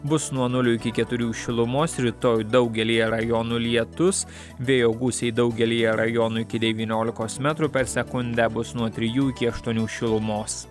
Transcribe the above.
bus nuo nulio iki keturių šilumos rytoj daugelyje rajonų lietus vėjo gūsiai daugelyje rajonų iki devyniolikos metrų per sekundę bus nuo trijų iki aštuonių šilumos